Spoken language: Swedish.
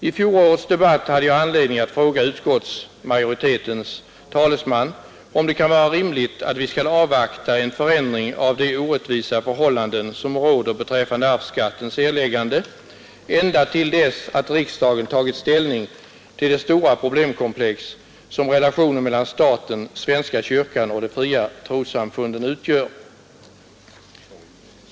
I fjolårets debatt i ärendet hade jag anledning att fråga utskottsmajoritetens talesman, om det kan vara rimligt att vi skall avvakta en förändring av de orättvisa förhållanden som råder beträffande arvsskattens erläggande ända till dess att riksdagen har tagit ställning till det stora problemkomplex som relationerna mellan staten, svenska kyrkan och de fria trossamfunden utgör.